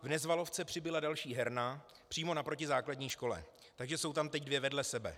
V Nezvalovce přibyla další herna přímo naproti základní škole, takže jsou tam teď dvě vedle sebe.